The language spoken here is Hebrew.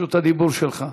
רשות הדיבור שלך.